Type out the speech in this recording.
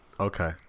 Okay